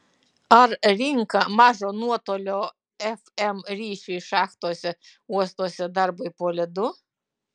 ar rinka mažo nuotolio fm ryšiui šachtose uostuose darbui po ledu